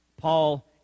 Paul